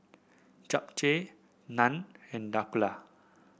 Japchae Naan and Dhokla